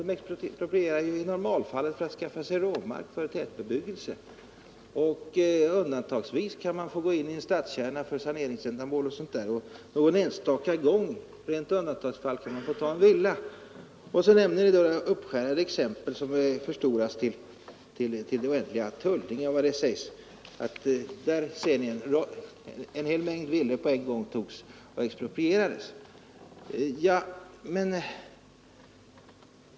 Den exproprierar i normalfallet för att skaffa sig råmark för tätbebyggelse. Undantagsvis kan man få gå in i en stadskärna för saneringsändamål och sådant. Någon enstaka gång, i rent undantagsfall, kan man få ta en villa. Nu nämner man uppskärrande exempel som förstoras till det oändliga från Tullinge osv. Det sägs: Där ser ni — en hel mängd villor togs på en gång och exproprierades!